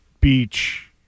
beach